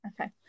okay